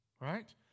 Right